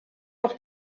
auch